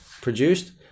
produced